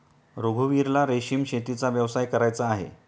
रघुवीरला रेशीम शेतीचा व्यवसाय करायचा आहे